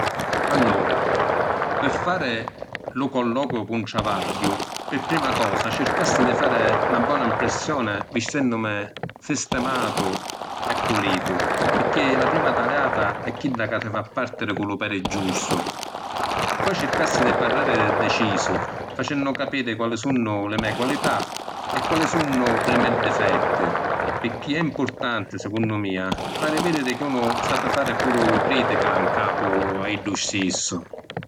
Allura, pi fari lu colloquiu p’un travagghiu, pi prima cosa circassi di fari na bona ‘mpressioni vistennumi sistimatu e pulitu, pirchì la prima taliàta è chidda ca ti fa partiri cu lu pedi giustu. Poi circassi di parrari decisu facennu capiri quali sunnu li me’ qualità e quali sunnu li me’ difetti, pirchì è impurtanti secunnu mia fari vidiri chi unu sapi fari puru critica ‘ncapu a iddu stissu.